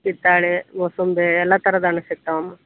ಕಿತ್ತಳೆ ಮೂಸಂಬಿ ಎಲ್ಲ ಥರದ ಹಣ್ ಸಿಕ್ತಾವಮ್ಮ